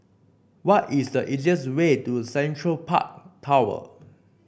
what is the easiest way to Central Park Tower